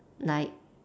like